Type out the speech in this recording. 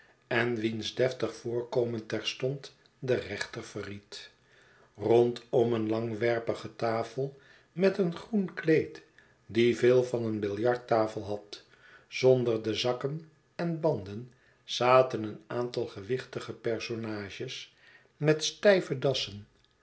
en wiens deftig voorkomen terstond den rechter verried rondom een langwerpige tafel met een groen kleed die veel van een biljarttafel had zonder de zakken en banden zaten een aantal gewichtige personages met stijve dassen